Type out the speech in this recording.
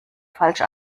falsch